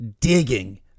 digging